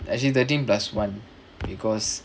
actually thirteen plus one because